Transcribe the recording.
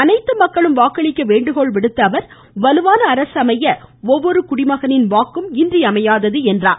அனைத்து மக்களும் வாக்களிக்க வேண்டுகோள் விடுத்த அவர் வலுவான அரசு அமைய ஒவ்வொரு குடிமகனின் வாக்கும் இன்றியமையாதது என்று குறிப்பிட்டார்